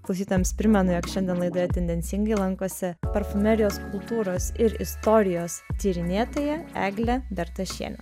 klausytojams primenu jog šiandien laidoje tendencingai lankosi parfumerijos kultūros ir istorijos tyrinėtoja eglė bertašienė